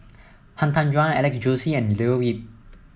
Han Tan Juan Alex Josey and Leo Yip